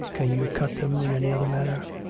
can you cut them in any other manner?